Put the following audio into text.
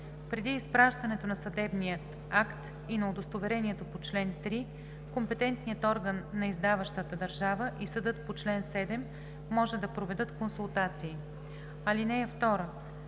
Преди изпращането на съдебния акт и на удостоверението по чл. 3 компетентният орган на издаващата държава и съдът по чл. 7 може да проведат консултации. (2)